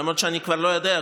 למרות שאני כבר לא יודע,